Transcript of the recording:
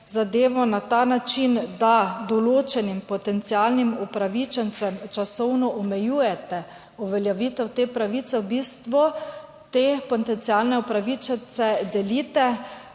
zadevo na ta način, da določenim potencialnim upravičencem časovno omejujete uveljavitev te pravice, v bistvu te potencialne upravičence delite